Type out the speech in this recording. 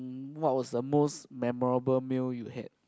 what was the most memorable meal you had